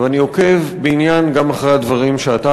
ואני עוקב בעניין גם אחרי הדברים שאתה,